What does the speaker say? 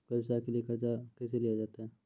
व्यवसाय के लिए कर्जा कैसे लिया जाता हैं?